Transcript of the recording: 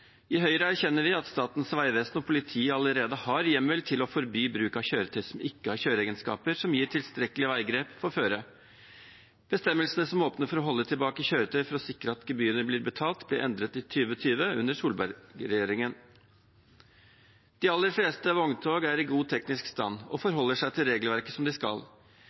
I Høyre erkjenner vi at Statens vegvesen og politiet allerede har hjemmel til å forby bruk av kjøretøy som ikke har kjøreegenskaper som gir tilstrekkelig veigrep for føret. Bestemmelsene som åpner for å holde tilbake kjøretøy for å sikre at gebyrene blir betalt, ble endret i 2020 under Solberg-regjeringen. De aller fleste vogntog er i god teknisk stand og forholder seg til regelverket som de skal.